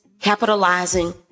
capitalizing